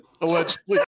Allegedly